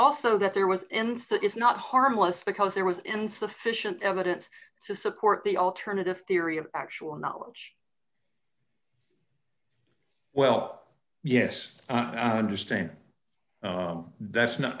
also that there was in so it's not harmless because there was insufficient evidence to support the alternative theory of actual knowledge well yes interesting that's no